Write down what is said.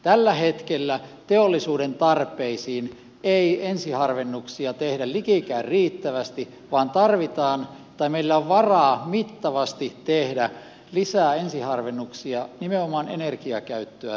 tällä hetkellä teollisuuden tarpeisiin ei ensiharvennuksia tehdä likikään riittävästi vaan meillä on varaa mittavasti tehdä lisää ensiharvennuksia nimenomaan energiakäyttöä silmällä pitäen